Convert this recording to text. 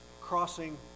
crossing